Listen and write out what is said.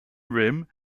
rim